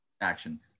action